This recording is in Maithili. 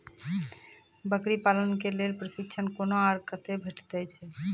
बकरी पालन के लेल प्रशिक्षण कूना आर कते भेटैत छै?